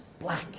black